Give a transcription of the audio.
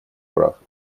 прав